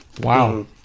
Wow